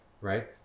Right